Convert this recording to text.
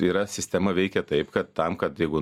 yra sistema veikia taip kad tam kad jeigu